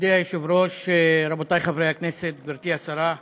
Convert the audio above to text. מכובדי היושב-ראש, רבותיחברי הכנסת, גברתי השרה,